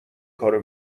کارو